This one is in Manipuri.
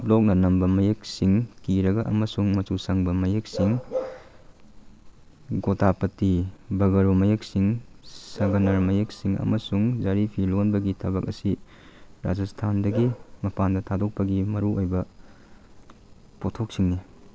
ꯕ꯭ꯂꯣꯛꯅ ꯅꯝꯕ ꯃꯌꯦꯛꯁꯤꯡ ꯀꯤꯔꯒ ꯑꯃꯁꯨꯡ ꯃꯆꯨ ꯁꯪꯕ ꯃꯌꯦꯛꯁꯤꯡ ꯒꯣꯗꯥꯄꯇꯤ ꯕꯒꯔꯨ ꯃꯌꯦꯛꯁꯤꯡ ꯁꯒꯅꯔꯥ ꯃꯌꯦꯛꯁꯤꯡ ꯑꯃꯁꯨꯡ ꯌꯥꯔꯤ ꯐꯤ ꯂꯣꯟꯕꯒꯤ ꯊꯕꯛ ꯑꯁꯤ ꯔꯥꯖꯁꯊꯥꯟꯗꯒꯤ ꯃꯄꯥꯟꯗ ꯊꯥꯗꯣꯛꯄꯒꯤ ꯃꯔꯨ ꯑꯣꯏꯕ ꯄꯣꯠꯊꯣꯛꯁꯤꯡꯅꯤ